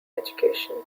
education